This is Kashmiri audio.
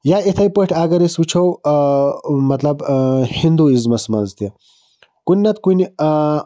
یا یِتھٔے پٲٹھۍ اَگر أسۍ وُچھو ٲں مطلب ٲں ہنٛدواِزمَس مَنٛز تہِ کُنہِ نَہ تہٕ کُنہِ ٲں